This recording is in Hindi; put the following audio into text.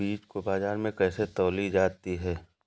बीज को बाजार में कैसे तौली जाती है?